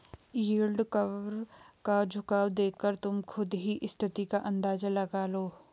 yield curve का झुकाव देखकर तुम खुद ही स्थिति का अंदाजा लगा लो